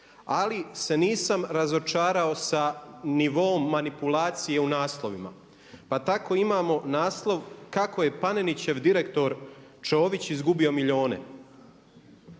ali se nisam razočarao sa nivoom manipulacije u naslovima. Pa tako imamo naslov kako je Panenićev direktor Ćović izgubio milijune.